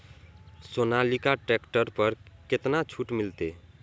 Sonalika tractor पर केतना छूट मिलते?